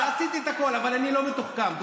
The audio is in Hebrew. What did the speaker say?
איזה משהו מתוחכם.